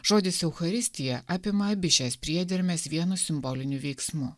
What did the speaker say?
žodis eucharistija apima abi šias priedermes vienu simboliniu veiksmu